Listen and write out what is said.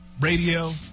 radio